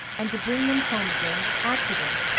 and to bring them home again afterward.